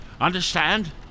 Understand